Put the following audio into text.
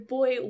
Boy